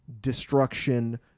destruction